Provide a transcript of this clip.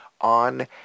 on